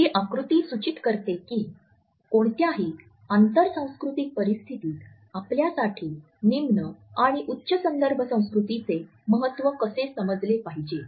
ही आकृती सूचित करते की कोणत्याही आंतर सांस्कृतिक परिस्थितीत आपल्यासाठी निम्न आणि उच्च संदर्भ संस्कृतीचे महत्त्व कसे समजले पाहिजे